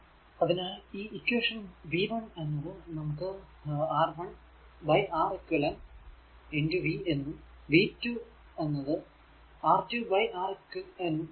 അതിനാൽ ഈ equation v 1 എന്നത് നമുക്ക് R1 R eq v എന്നും v 2 R2 R eq v